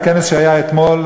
בכנס שהיה אתמול,